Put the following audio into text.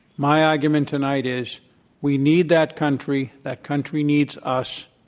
my argument tonight is we need that country. that country needs us.